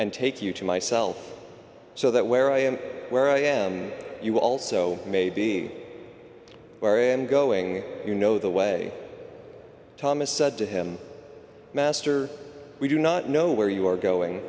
and take you to myself so that where i am where i am you also may be going you know the way thomas said to him master we do not know where you are going